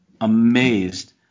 amazed